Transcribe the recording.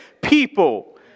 people